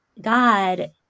God